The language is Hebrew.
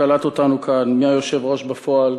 שקלט אותנו כאן, מהיושב-ראש בפועל